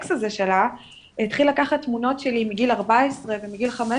האקס הזה שלה התחיל לקחת תמונות שלי מגיל 14 ומגיל 15